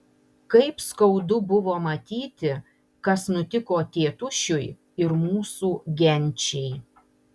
kaip skaudu buvo matyti kas nutiko tėtušiui ir mūsų genčiai